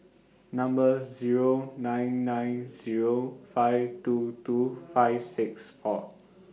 Number Zero nine nine Zero five two two five six four